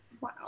Wow